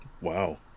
wow